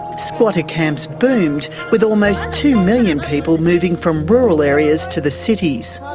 squatter camps boomed with almost two million people moving from rural areas to the cities.